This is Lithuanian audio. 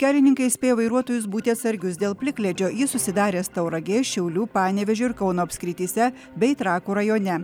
kelininkai įspėja vairuotojus būti atsargius dėl plikledžio jis susidaręs tauragės šiaulių panevėžio ir kauno apskrityse bei trakų rajone